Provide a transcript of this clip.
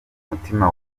umutima